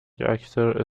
actor